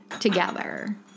together